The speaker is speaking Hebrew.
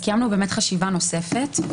קיימנו באמת חשיבה נוספת.